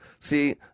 See